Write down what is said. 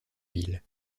ville